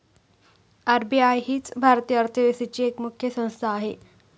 RBI ही भारतीय अर्थव्यवस्थेची एक मुख्य संस्था आहे